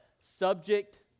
Subject